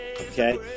Okay